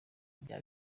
bya